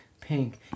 Pink